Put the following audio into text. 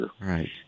Right